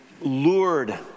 lured